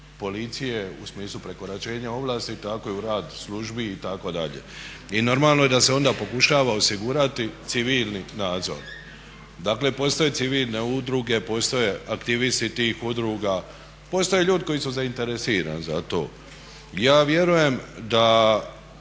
policije, u smislu prekoračenja ovlasti tako i u rad službi itd.. I normalno je da se onda pokušava osigurati civilni nadzor. Dakle postoje civilne udruge, postoje aktivisti tih udruga, postoje ljudi koji su zainteresirani za to. Ja vjerujem da